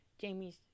Jamie's